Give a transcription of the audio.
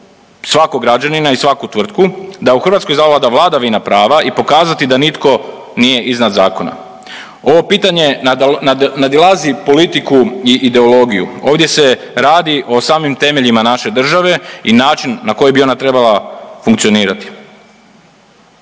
svakog građanina i svaku tvrtku, da u Hrvatskoj zavlada vladavina prava i pokazati da nitko nije iznad zakona. Ovo pitanje nadilazi politiku i ideologiju. Ovdje se radi o samim temeljima našeg države i način na koji bi ona trebala funkcionirati.